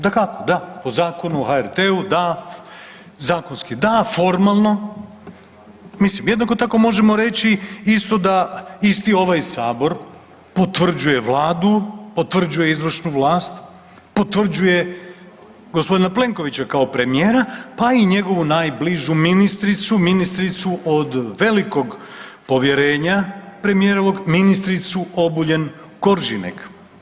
Dakako da po Zakonu o HRT-u zakonski da, formalno mislim jednako tako može reći isto da isti ovaj Sabor potvrđuje Vladu, potvrđuje izvršnu vlast, potvrđuje gospodina Plenkovića kao premijera pa i njegovu najbližu ministricu, ministricu od velikog povjerenja premijerovog ministricu Obuljen Koržinek.